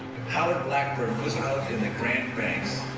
howard blackburn was out in a grand banks.